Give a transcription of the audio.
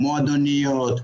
מועדוניות,